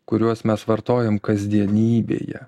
kuriuos mes vartojam kasdienybėje